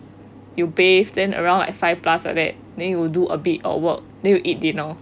you bathe then around like five plus like that then you do a bit of work then you eat dinner